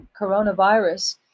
coronavirus